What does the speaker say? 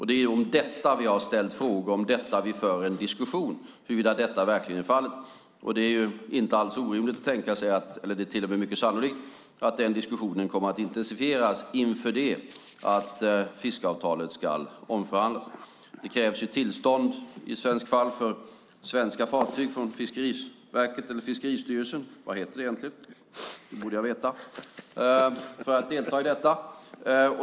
Det är om detta vi har ställt frågor, om detta vi för en diskussion, huruvida detta verkligen är fallet. Det är inte alls orimligt att tänka sig - det är till och med mycket sannolikt - att den diskussionen kommer att intensifieras inför det att fiskeavtalet ska omförhandlas. I svenskt fall krävs tillstånd för svenska fartyg från Fiskeriverket för att delta.